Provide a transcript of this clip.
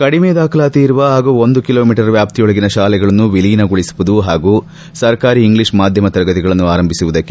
ಕಡಿಮೆ ದಾಖಲಾತಿ ಇರುವ ಹಾಗೂ ಒಂದು ಕಿಲೋ ಮೀಟರ್ ವ್ಯಾಪ್ತಿಯೊಳಗಿನ ತಾಲೆಗಳನ್ನು ವಿಲೀನಗೊಳಿಸುವುದು ಪಾಗೂ ಸರ್ಕಾರಿ ಇಂಗ್ಲಿಷ್ ಮಾಧ್ಯಮ ತರಗತಿಗಳನ್ನು ಆರಂಭಿಸುವುದಕ್ಕೆ